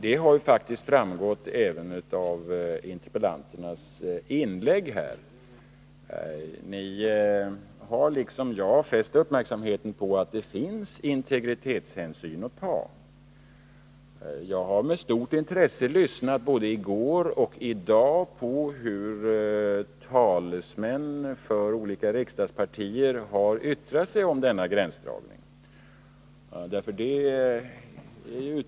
Det har faktiskt framgått även av interpellanternas inlägg här. Ni har liksom jag fäst uppmärksamheten på att det finns integritetshänsyn att ta. Jag har både i går och i dag med stort intresse lyssnat på hur talesmän för olika riksdagspartier har yttrat sig om denna gränsdragning.